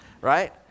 right